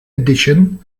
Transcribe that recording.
edition